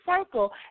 circle